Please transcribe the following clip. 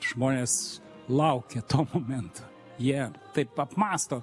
žmonės laukia to momento jie taip apmąsto